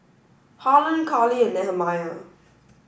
Harlon Karli and Nehemiah